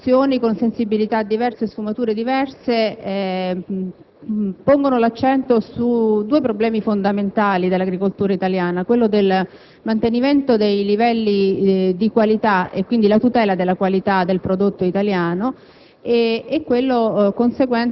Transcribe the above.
Tutte le mozioni, infatti, sia pure con sensibilità e sfumature diverse, pongono l'accento su due problemi fondamentali dell'agricoltura italiana: quello del mantenimento dei livelli di qualità (quindi, la tutela della qualità del prodotto italiano)